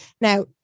now